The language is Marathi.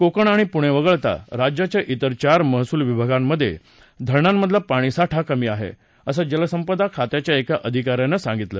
कोकण आणि पुणे वगळता राज्याच्या तिर चार महसूल विभागांमधे धरणांमधला पाणीसाठा कमी आहे असं जलसंपदा खात्याच्या एका अधिका यानं सांगितलं